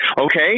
Okay